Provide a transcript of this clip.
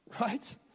right